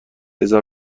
هزار